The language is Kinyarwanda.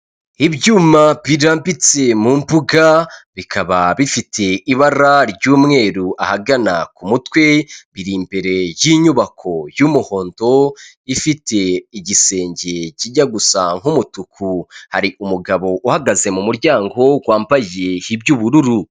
Ibyuma birarambitse mu mbuga bikaba bifite ibara ry'umweru ahagana ku mutwe, biri imbere y'inyubako y'umuhondo ifite igisenge kijya gusa nk'umutuku. Hari umugabo uhagaze mu muryango wambaye iby'ubururu.